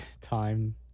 time